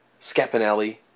Scapinelli